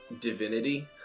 divinity